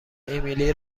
امیلی